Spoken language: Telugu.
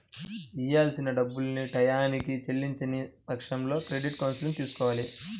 ఇయ్యాల్సిన డబ్బుల్ని టైయ్యానికి చెల్లించని పక్షంలో క్రెడిట్ కౌన్సిలింగ్ తీసుకోవాలి